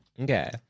Okay